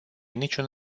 niciun